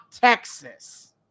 Texas